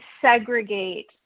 segregate